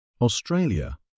Australia